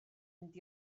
fynd